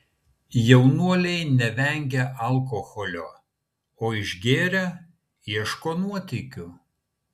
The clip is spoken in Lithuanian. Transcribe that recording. jaunuoliai nevengia alkoholio o išgėrę ieško nuotykių